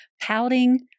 pouting